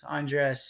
Andres